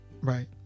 Right